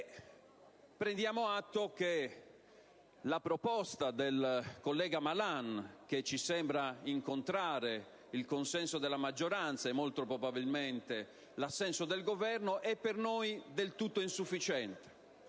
tema trattavano. La proposta del collega Malan, che ci sembra incontrare il consenso della maggioranza e molto probabilmente l'assenso del Governo, è per noi del tutto insufficiente.